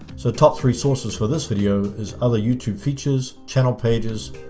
so top three sources for this video is other youtube features, channel pages,